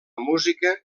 música